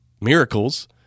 miracles